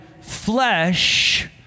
flesh